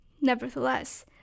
Nevertheless